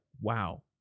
wow